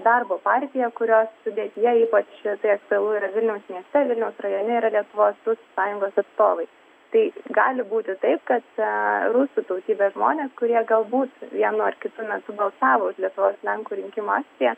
darbo partija kurios sudėtyje ypač tai aktualu vilniaus mieste vilniaus rajone yra lietuvos sąjungos atstovai tai gali būti taip kad a rusų tautybės žmonės kurie galbūt vienu ar kitu metu balsavo už lietuvos lenkų rinkimų akciją